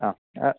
ആ